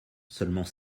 seulement